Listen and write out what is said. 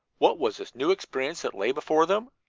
what was this new experience that lay before them?